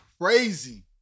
crazy